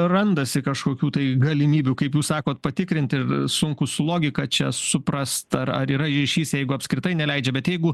randasi kažkokių tai galimybių kaip jūs sakot patikrinti ir sunku su logika čia suprast ar ar yra ryšys jeigu apskritai neleidžia bet jeigu